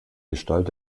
gestalt